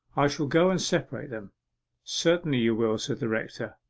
i shall go and separate them certainly you will said the rector.